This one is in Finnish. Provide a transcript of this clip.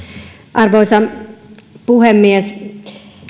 arvoisa puhemies